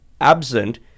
absent